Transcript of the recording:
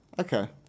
Okay